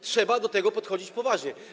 Trzeba do tego podchodzić poważnie.